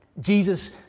Jesus